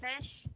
fish